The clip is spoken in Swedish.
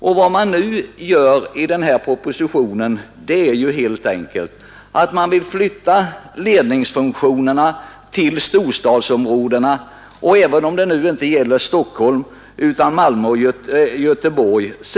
Även i den proposition det här gäller föreslås att vi skall flytta ledningsfunktionerna till storstadsområdena, även om det nu inte gäller Stockholm utan Malmö och Göteborg.